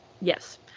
Yes